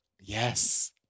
Yes